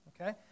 Okay